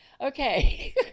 Okay